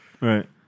Right